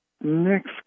Next